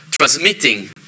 transmitting